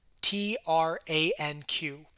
T-R-A-N-Q